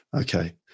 Okay